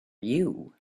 you